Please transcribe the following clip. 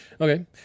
Okay